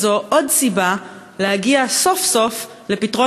זו עוד סיבה להגיע סוף-סוף לפתרון